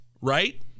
right